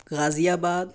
غازی آباد